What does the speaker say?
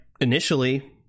initially